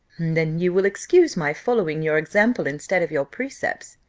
then you will excuse my following your example instead of your precepts.